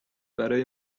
برای